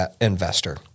investor